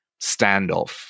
standoff